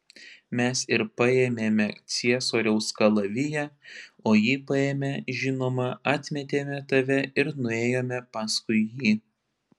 mes ir paėmėme ciesoriaus kalaviją o jį paėmę žinoma atmetėme tave ir nuėjome paskui jį